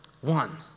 One